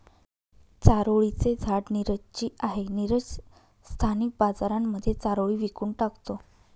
चारोळी चे झाड नीरज ची आहे, नीरज स्थानिक बाजारांमध्ये चारोळी विकून टाकतो